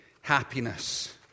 happiness